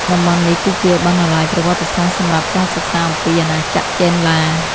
តំបន់នេះគឺជាបណ្ណាល័យប្រវត្តិសាស្ត្រសម្រាប់ការសិក្សាអំពីអាណាចក្រចេនឡា។